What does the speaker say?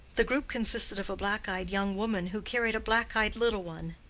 the group consisted of a black-eyed young woman who carried a black-eyed little one,